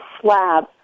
slab